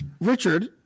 Richard